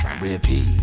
repeat